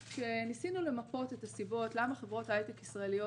כשניסינו למפות את הסיבות למה חברות הייטק ישראליות